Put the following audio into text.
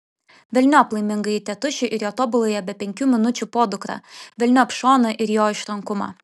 velniop laimingąjį tėtušį ir jo tobuląją be penkių minučių podukrą velniop šoną ir jo išrankumą